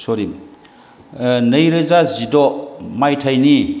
सरि नैरोजा जिद' मायथाइनि